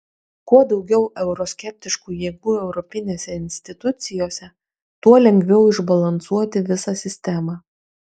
kuo daugiau euroskeptiškų jėgų europinėse institucijose tuo lengviau išbalansuoti visą sistemą